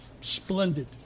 splendid